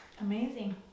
Amazing